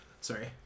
Sorry